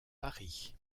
paris